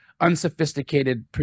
unsophisticated